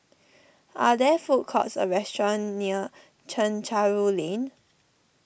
are there food courts or restaurants near Chencharu Lane